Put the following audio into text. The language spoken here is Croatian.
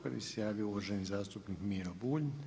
Prvi se javio uvaženi zastupnik Miro Bulj.